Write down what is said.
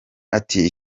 ati